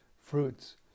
fruits